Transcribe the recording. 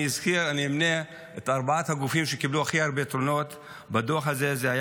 אני אמנה את ארבעת הגופים שקיבלו הכי הרבה תלונות בדוח הזה: